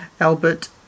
Albert